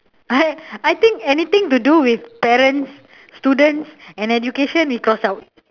I think anything to do with parents students and education we cross out